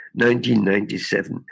1997